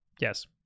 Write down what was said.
Yes